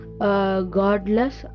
godless